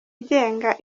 igenga